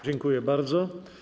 Dziękuję bardzo.